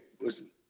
Listen